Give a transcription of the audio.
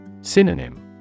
Synonym